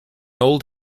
old